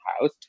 house